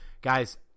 Guys